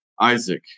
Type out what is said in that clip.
Isaac